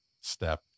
step